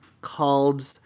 called